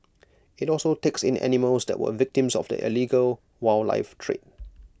IT also takes in animals that were victims of the illegal wildlife trade